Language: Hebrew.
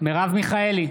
מרב מיכאלי,